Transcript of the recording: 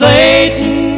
Satan